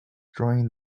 during